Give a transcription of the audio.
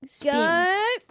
go